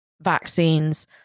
vaccines